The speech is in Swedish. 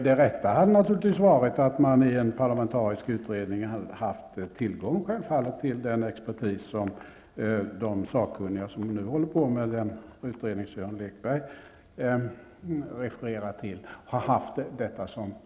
Det rätta hade naturligtvis varit att man i en parlamentarisk utredning haft tillgång till den expertis och de sakkunniga som nu arbetar med den utredning som Sören Lekberg refererade till.